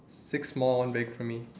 six small one big for me